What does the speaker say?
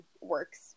works